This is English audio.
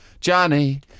Johnny